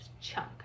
chunk